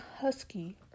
husky